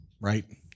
right